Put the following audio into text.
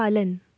पालन